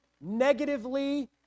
negatively